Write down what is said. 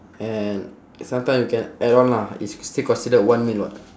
and sometime you can add on lah it's still considered one meal [what]